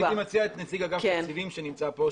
הייתי מציע לשמוע את נציג אגף התקציבים שנמצא כאן.